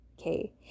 Okay